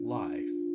life